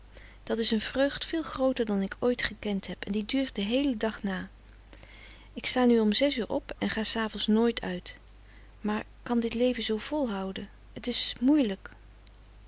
dat is een vreugd veel grooter dan ik ooit gekend heb en die duurt den heelen dag na ik sta nu om zes uur op en frederik van eeden van de koele meren des doods ga s avonds nooit uit maar kan dit leven zoo volhouden het is moeielijk